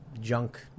junk